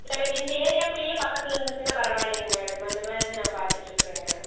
எனக்கு இந்த ஏரியா குள்ளேயே பக்கத்தில் இருந்துச்சுன்னா பரவாயில்லைங்க மேடம் அந்தமாதிரி தான் நான் பார்த்துட்டுருக்குறேங்க